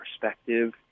perspective